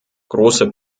große